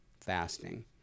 fasting